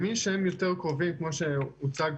כמה הוא מרוויח.